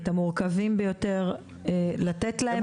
את המורכבים ביותר לתת להם --- הם